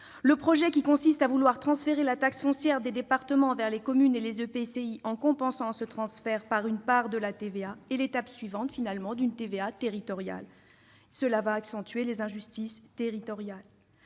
Le projet consistant à transférer la taxe foncière des départements vers les communes et les EPCI en compensant ce transfert par l'attribution d'une part de la TVA est l'étape suivante de la création d'une TVA territoriale. Cela accentuera les injustices territoriales.